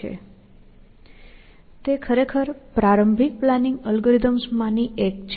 તે ખરેખર પ્રારંભિક પ્લાનિંગ અલ્ગોરિધમ્સ માં ની એક છે